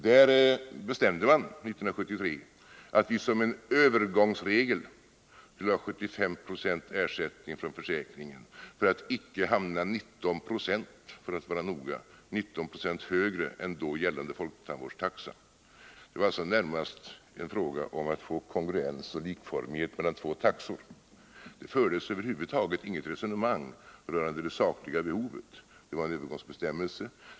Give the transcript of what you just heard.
Här bestämde man 1973 att vi som en övergångsregel skulle ha en ersättning på 75 90 från försäkringen för att icke hamna 19 92 — för att vara noga — högre än då gällande folktandvårdstaxa. Det var alltså närmast en fråga om att få kongruens och likformighet mellan två taxor. Det fördes över huvud taget inget resonemang rörande det sakliga behovet. Det var en övergångsbestämmelse.